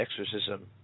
exorcism